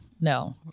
no